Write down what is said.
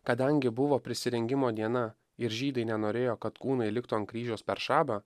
kadangi buvo prisirengimo diena ir žydai nenorėjo kad kūnai liktų ant kryžiaus per šabą